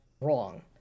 wrong